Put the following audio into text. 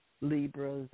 Libras